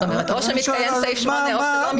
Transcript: זאת אומרת, או שמתקיים סעיף 8 או שלא מתקיים.